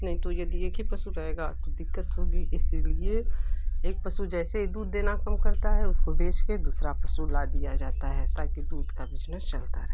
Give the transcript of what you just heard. नहीं तो यदि एक ही पशु रहेगा तो दिक्कत होगी इसलिए एक पशु जैसे ही दूध देना कम करता है उसको बेच कर दूसरा पशु ला दिया जाता है ताकि दूध का बिजनेस चलता रहे